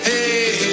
Hey